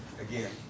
Again